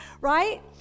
right